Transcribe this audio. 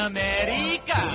America